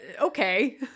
okay